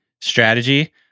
strategy